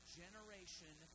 generation